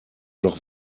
noch